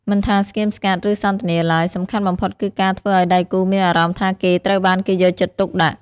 មិនថាស្ងៀមស្ងាត់ ឬសន្ទនាឡើយ សំខាន់បំផុតគឺការធ្វើឱ្យដៃគូមានអារម្មណ៍ថាគេត្រូវបានគេយកចិត្តទុកដាក់។